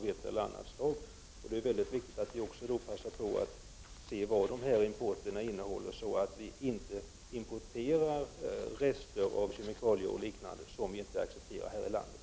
Det är mycket viktigt att vi passar på att se vad denna import innehåller, så att vi inte importerar rester av kemikalier och liknande som inte accepteras i Sverige.